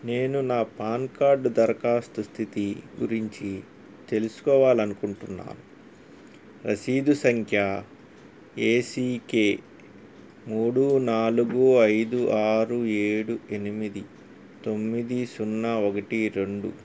నేను నా పాన్కార్డు దరఖాస్తు స్థితి గురించి తెలుసుకోవాలనుకుంటున్నా రసీదు సంఖ్య ఏసీకే మూడు నాలుగు ఐదు ఆరు ఏడు ఎనిమిది తొమ్మిది సున్నా ఒకటి రెండు